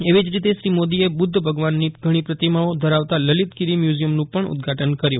એવી જ રીતે શ્રી મોદીએ બુદ્ધ ભગવાનની ઘણી પ્રતિમાઓ ધરાવતા લલીતગીરી મ્યુઝિયમનું પણ ઉદઘાટન કર્યું